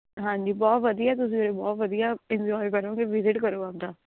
ਹਾਂਜੀ ਬਹੁਤ ਵਧੀਆ ਤੁਸੀਂ ਬਹੁਤ ਵਧੀਆ ਇੰਜੋਏ ਕਰੋਂਗੇ ਵਿਜ਼ਿਟ ਕਰੋ ਆਪਦਾ